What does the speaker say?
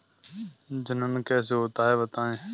जनन कैसे होता है बताएँ?